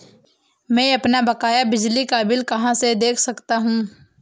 मैं अपना बकाया बिजली का बिल कहाँ से देख सकता हूँ?